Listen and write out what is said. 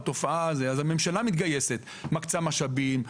אז הממשלה מתגייסת ומקצה משאבים,